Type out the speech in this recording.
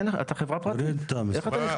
אתה חברה פרטית, איך אתה נכנס?